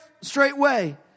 straightway